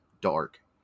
dark